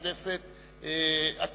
חבר הכנסת נחמן שי, תודה רבה.